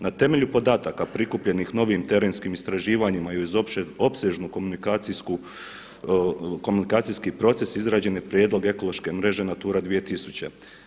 Na temelju podataka prikupljenim novim terenskim istraživanjima i uz opsežnu komunikacijski proces izrađen je prijedlog ekološke mreže Natura 2000.